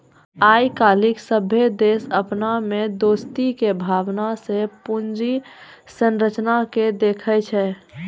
आइ काल्हि सभ्भे देश अपना मे दोस्ती के भावना से पूंजी संरचना के देखै छै